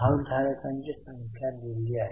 भागधारकांची संख्या दिली आहे